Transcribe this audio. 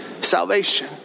salvation